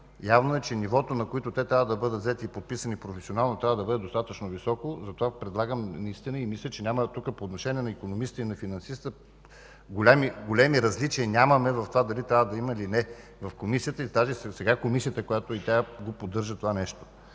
явно е, че нивото, на което те трябва да бъдат взети и подписани професионално, трябва да бъде достатъчно високо, затова предлагам и мисля, че тук по отношение на икономисти и финансисти нямаме големи различия в това дали трябва да има, или не в Комисията. И сега Комисията, която е, поддържа това нещо.